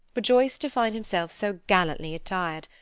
rejoiced to find himself so gallantly attired,